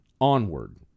onward